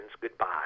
goodbye